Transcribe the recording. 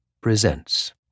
presents